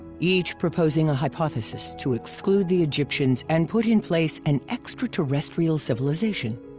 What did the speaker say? each proposing a hypothesis to exclude the egyptians and put in place an extraterrestrial civilization,